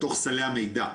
בתוך סלי המידע.